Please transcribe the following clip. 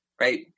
right